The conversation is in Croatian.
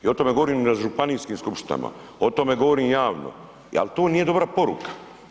Ja o tome govorim na županijskim skupštinama, o tome govorim javno, ali to nije dobra poruka.